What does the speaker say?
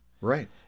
Right